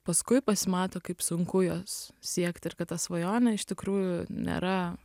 paskui pasimato kaip sunku jos siekt ir kad ta svajonė iš tikrųjų nėra